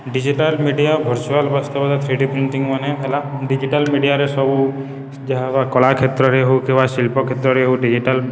digital media virtual ବାସ୍ତବତା three D ପ୍ରିଣ୍ଟିଙ୍ଗମାନେ ହେଲା ଡିଜିଟାଲ ମିଡ଼ିଆରେ ସବୁ ଯାହା ହବ କଳା କ୍ଷେତ୍ରରେ ହଉ କିମ୍ବା ଶିଳ୍ପ କ୍ଷେତ୍ରରେ ହଉ ଡିଜିଟାଲ